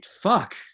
fuck